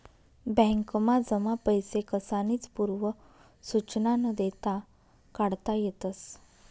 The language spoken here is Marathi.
बॅकमा जमा पैसा कसानीच पूर्व सुचना न देता काढता येतस